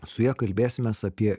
su ja kalbėsimės apie